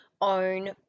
own